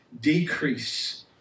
decrease